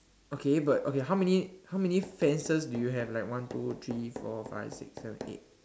okay but okay how many how many fences do you have like one two three four five six seven eight